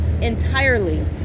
entirely